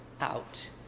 out